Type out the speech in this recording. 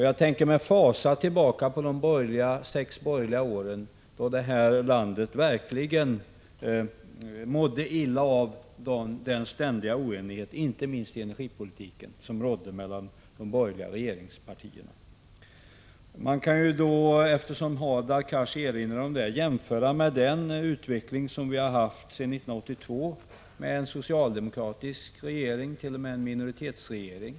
Jag tänker med fasa tillbaka på de sex borgerliga regeringsåren, då det här landet verkligen mådde illa av den ständiga oenighet, inte minst i energipolitiken, som rådde mellan de borgerliga regeringspartierna. Man kan, eftersom Hadar Cars erinrar om det, jämföra med den utveckling som vi har haft sedan 1982 med en socialdemokratisk regering, t.o.m. en minoritetsregering.